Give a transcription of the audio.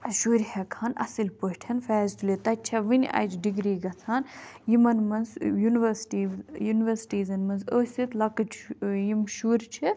شُرۍ ہیٚکہٕ ہان اصٕل پٲٹھۍ فیض تُلِتھ تَتہِ چھِ وُنہِ اَجہِ ڈگری گژھان یِمَن منٛز یونوَرسِٹی یُنورسٹیٖزَن منٛز ٲسِتھ لَکٕٹۍ شُرۍ یِم شُرۍ چھِ